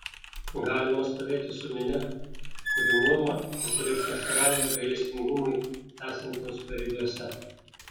galima stovėti su minia kuri murma ir kuri prieštarauja gailestingumui esantiems paribiuose